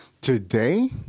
Today